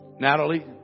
Natalie